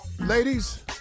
Ladies